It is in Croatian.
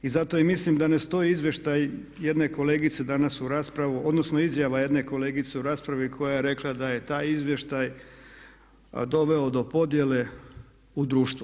I zato i mislim da ne stoji izvještaj jedne kolegice danas u raspravi, odnosno izjava jedne kolegice u raspravi koja je rekla da je taj izvještaj doveo do podjele u društvu.